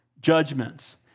judgments